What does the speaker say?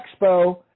Expo